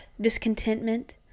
discontentment